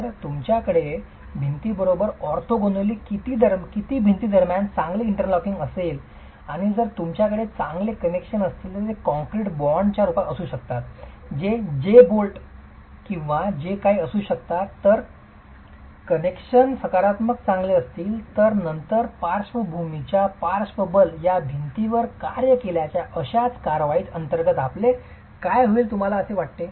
तर जर तुमच्याकडे भिंतींबरोबरच ऑर्थोगोनली भिंती दरम्यान चांगले इंटरलॉकिंग असेल आणि जर तुमच्याकडे चांगले कनेक्शन असतील तर ते कॉंक्रिट बँडच्या concrete band रूपात असू शकतात j बोल्ट किंवा जे काही असू शकतात जर कनेक्शन सकारात्मक चांगले असतील तर नंतर पार्श्वभूमीच्या पार्श्व बल या भिंतीवर कार्य केल्याच्या अशाच कारवाई अंतर्गत आपले काय होईल असे वाटते